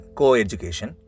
co-education